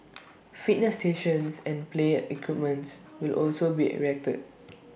fitness stations and play equipment will also be erected